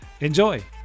enjoy